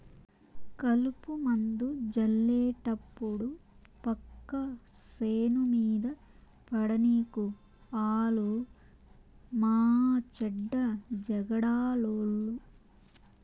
కలుపుమందు జళ్లేటప్పుడు పక్క సేను మీద పడనీకు ఆలు మాచెడ్డ జగడాలోళ్ళు